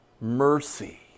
mercy